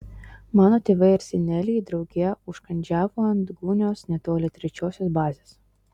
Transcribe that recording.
mano tėvai ir seneliai drauge užkandžiavo ant gūnios netoli trečiosios bazės